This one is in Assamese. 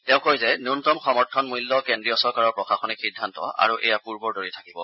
তেওঁ কয় যে ন্যনতম সমৰ্থন মূল্য কেন্দ্ৰীয় চৰকাৰৰ প্ৰশাসনিক সিদ্ধান্ত আৰু এয়া পূৰ্বৰ দৰে থাকিব